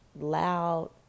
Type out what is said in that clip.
loud